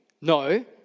no